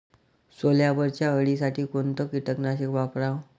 सोल्यावरच्या अळीसाठी कोनतं कीटकनाशक वापराव?